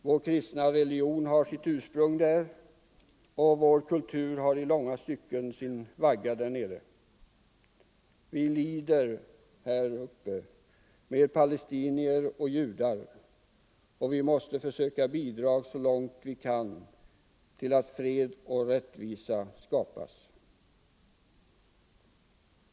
Vår kristna religion har sitt ursprung och vår kultur i långa stycken sin vagga där nere. Vi lider här uppe med palestinier och judar, och vi måste bidra så långt vi kan till att fred och rättvisa skipas.